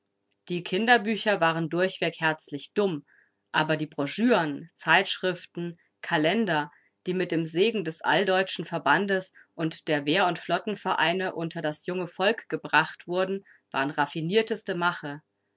die kinderbücher waren durchweg herzlich dumm aber die broschüren zeitschriften kalender die mit dem segen des alldeutschen verbandes und der wehr und flottenvereine unter das junge volk gebracht wurden waren raffinierteste mache